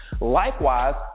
Likewise